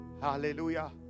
Hallelujah